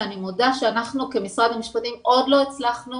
שאני מודה שאנחנו כמשרד המשפטים עדיין לא הצלחנו